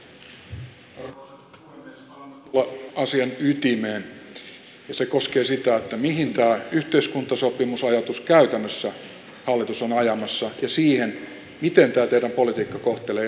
nyt aletaan tulla asian ytimeen ja se koskee sitä mihin tätä yhteiskuntasopimusajatusta käytännössä hallitus on ajamassa ja sitä miten tämä teidän politiikkanne kohtelee eri väestöryhmiä